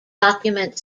document